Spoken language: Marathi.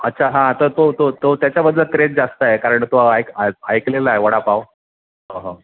अच्छा हां तं तो तो तो त्याच्याबद्दल क्रेज जास्त आहे कारण तो एक ऐकलेला आहे वडापाव हो हो